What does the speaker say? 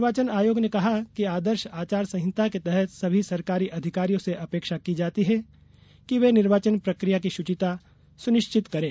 निर्वाचन आयोग ने कहा कि आदर्श आचार संहिता के तहत सभी सरकारी अधिकारियों से अपेक्षा की जाती है कि वे निर्वाचन प्रक्रिया की शुचिता सुनिश्चित करें